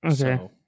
okay